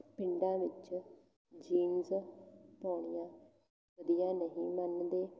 ਪਿੰਡਾਂ ਵਿੱਚ ਜੀਨਜ਼ ਪਾਉਣੀਆ ਵਧੀਆ ਨਹੀਂ ਮੰਨਦੇ